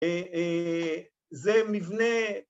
זה מבנה